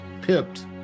pipped